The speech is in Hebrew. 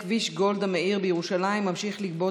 בנושא: כביש גולדה מאיר בירושלים ממשיך לגבות